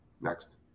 Next